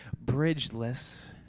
bridgeless